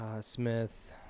Smith